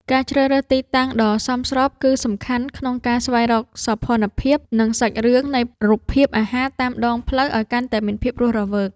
ការជ្រើសរើសទីតាំងដ៏សមស្រប គឺសំខាន់ក្នុងការស្វែងរកសោភ័ណភាព និងសាច់រឿងនៃរូបភាពអាហារតាមដងផ្លូវឱ្យកាន់តែមានភាពរស់រវើក។